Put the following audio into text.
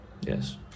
yes